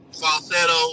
Falsetto